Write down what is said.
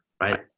Right